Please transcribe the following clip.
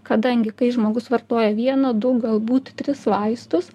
kadangi kai žmogus vartoja vieną du galbūt tris vaistus